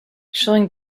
showing